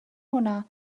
hwnna